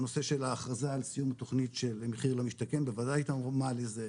הנושא של ההכרזה על סיום תוכנית של מחיר למשתכן בוודאי תרמה לזה,